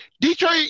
Detroit